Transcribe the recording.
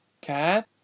Cat